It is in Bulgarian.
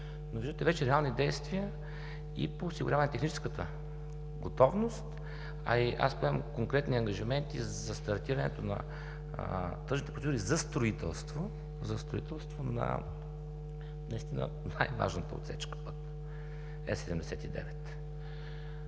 но виждате вече реални действия и по осигуряване на техническата готовност, а и аз поемам конкретни ангажименти за стартирането на тръжните процедури за строителство на най-важната пътна отсечка Е-79.